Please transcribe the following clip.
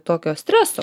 tokio streso